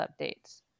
updates